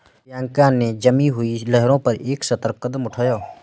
Bianca ने जमी हुई लहरों पर एक सतर्क कदम उठाया